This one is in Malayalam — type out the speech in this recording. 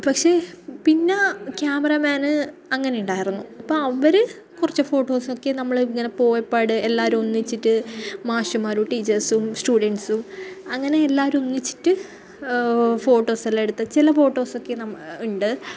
പക്ഷെ പിന്നാ ക്യാമറമാന് അങ്ങനെ ഉണ്ടായിരുന്നു അപ്പോൾ അവർ കുറച്ച് ഫോട്ടോസൊക്കെ നമ്മൾ ഇങ്ങനെ പോയപാട് എല്ലാവരും ഒന്നിച്ചിട്ട് മാഷമ്മാരും ടീച്ചേഴ്സും സ്റ്റുഡന്സും അങ്ങനെ എല്ലാവരും ഒന്നിച്ചിട്ട് ഫോട്ടോസെല്ലാം എടുത്ത് ചില ഫോട്ടോസൊക്കെ നമ്മൾ ഉണ്ട്